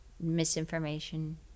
misinformation